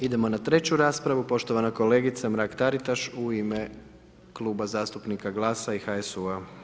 Idemo na treću raspravu, poštovana kolegica Mrak Taritaš u ime Kluba zastupnika GLAS-a i HSU-a.